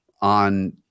On